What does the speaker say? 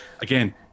again